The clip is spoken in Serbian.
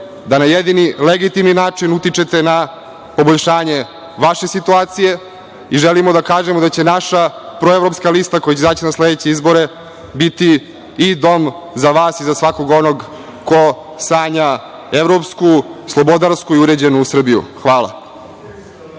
da na jedini legitimni način utičete na poboljšanje vaše situacije i želimo da kažemo da će naša proevropska lista, koja će izaći na sledećim izborima, biti i dom za vas i za svakog onog ko sanja evropsku, slobodarsku i uređenu Srbiju. Hvala.